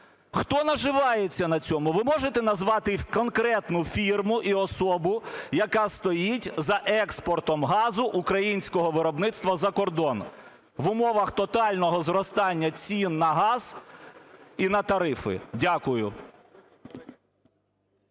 Хто наживається на цьому, ви можете назвати конкретну фірму і особу, яка стоїть за експортом газу українського виробництва за кордон в умовах тотального зростання цін на газ і та тарифи? Дякую.